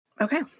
Okay